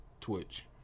Twitch